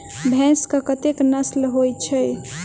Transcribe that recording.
भैंस केँ कतेक नस्ल होइ छै?